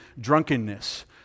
drunkenness